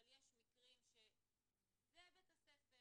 אבל יש מקרים שזה בית הספר